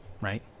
right